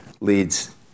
leads